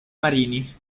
marini